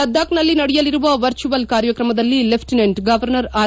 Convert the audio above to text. ಲದ್ದಾಖ್ನಲ್ಲಿ ನಡೆಯಲಿರುವ ವರ್ಚುವಲ್ ಕಾರ್ಯಕ್ರಮದಲ್ಲಿ lieutenant governor R